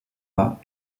pas